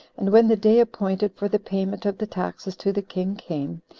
and when the day appointed for the payment of the taxes to the king came,